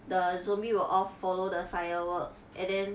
the zombie will all follow the fireworks and then